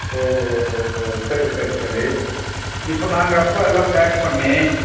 ஓஹோ ஓஹோ ஓஹோ சரி சரி சரி இப்போ நாங்கள் அப்போ எல்லாம் பேக் பண்ணி